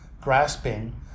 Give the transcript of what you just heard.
grasping